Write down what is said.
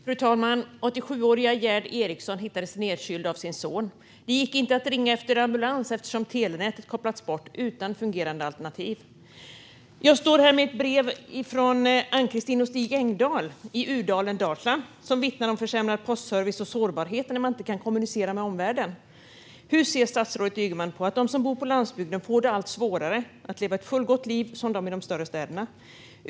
Fru talman! 87-åriga Gerd Eriksson hittades nedkyld av sin son. Det gick inte att ringa efter ambulans eftersom telenätet kopplats bort utan fungerande alternativ. Jag står här med ett brev från Anne-Christine och Stig Engdahl i Uddalen i Dalsland som vittnar om försämrad postservice och sårbarheten när man inte kan kommunicera med omvärlden. Hur ser statsrådet Ygeman på att de som bor på landsbygden får det allt svårare att leva ett fullgott liv på samma sätt som människor i de större städerna?